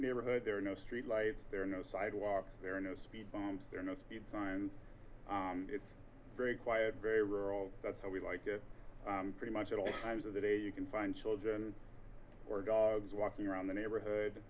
neighborhood there are no street lights there are no sidewalks there are no speed bumps there are no speed signs it's very quiet very rural that's how we like it pretty much at all times of the day you can find children or dogs walking around the neighborhood